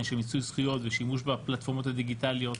של מיצוי זכויות ושימוש בפלטפורמות הדיגיטליות.